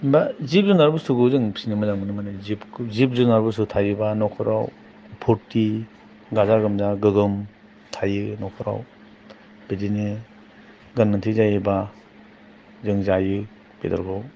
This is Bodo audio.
एबा जिब जुनार बुस्तुखौ जों फिसिनो मोजां मोनो माने जिबखौ जिब जुनार फसुआ थायोबा न'खराव फुर्ति गाजा गोमजा गोग्गोम थायो न'खराव बिदिनो गोनांथि जायोबा जों जायो बेदरखौ